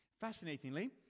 Fascinatingly